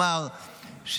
אומר,